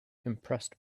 impressed